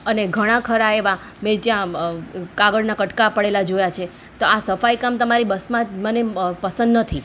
અને ઘણાખરા મેં ત્યાં કાગળના કટકા પડેલા જોયા છે તો આ સફાઈકામ તમારી બસમાં મને પસંદ નથી